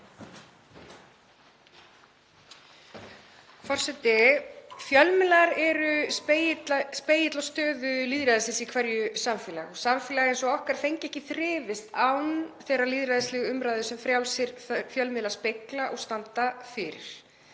Forseti. Fjölmiðlar eru spegill á stöðu lýðræðis í hverju samfélagi og samfélag eins og okkar fengi ekki þrifist án þeirrar lýðræðislegu umræðu sem frjálsir fjölmiðlar spegla og standa fyrir.